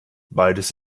beides